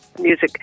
music